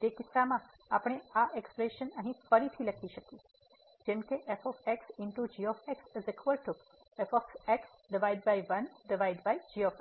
તે કિસ્સામાં આપણે આ એક્સપ્રેશન અહીં ફરીથી લખી શકીએ છીએ